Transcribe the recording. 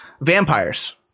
vampires